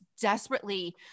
desperately